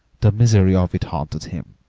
the misery of it haunted him,